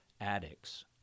addicts